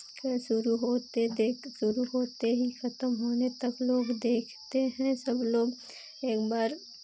शुरू होते देख शुरू होते ही खतम होने तक लोग देखते हैं सब लोग एक बार